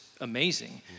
amazing